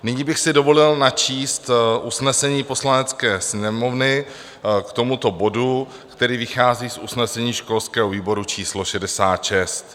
Nyní bych si dovolil načíst usnesení Poslanecké sněmovny k tomuto bodu, který vychází z usnesení školského výboru číslo 66: